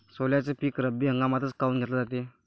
सोल्याचं पीक रब्बी हंगामातच काऊन घेतलं जाते?